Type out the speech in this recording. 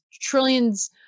trillions